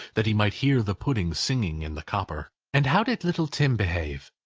that he might hear the pudding singing in the copper. and how did little tim behave?